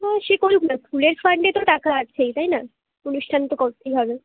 হুম সে করুক না স্কুলের ফান্ডেই তো টাকা আছেই তাই না অনুষ্ঠান তো করতেই হবে